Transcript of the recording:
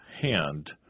hand